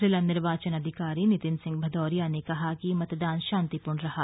ज़िला निर्वाचन अधिकारी नितिन सिंह भदौरिया ने कहा कि मतदान शांतिपूर्ण रहा